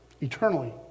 eternally